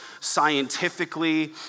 scientifically